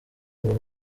ngo